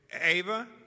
Ava